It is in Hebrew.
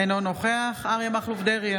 אינו נוכח אריה מכלוף דרעי,